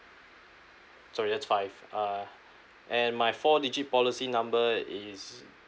sorry that's five uh and my four digit policy number is